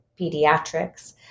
pediatrics